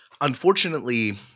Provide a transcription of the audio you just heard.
Unfortunately